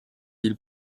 îles